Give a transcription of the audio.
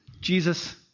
Jesus